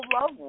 love